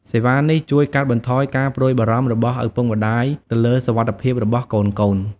សេវានេះជួយកាត់បន្ថយការព្រួយបារម្ភរបស់ឪពុកម្តាយទៅលើសុវត្ថិភាពរបស់កូនៗ។